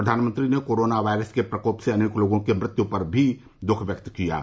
प्रधानमंत्री ने corona virus के प्रकोप से अनेक लोगों की मृत्यु पर दुख भी व्यक्त किया है